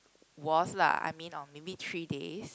was lah I mean on maybe three days